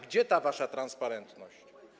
Gdzie ta wasza transparentność?